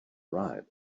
write